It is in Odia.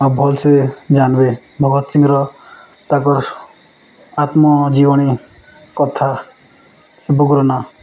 ଆଉ ଭଲ୍ସେ ଜାନ୍ବେ ଭଗତ୍ ସିଂର ତାକର୍ ଆତ୍ମଜୀବଣୀ କଥା ସେ